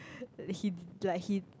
he like he